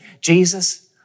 Jesus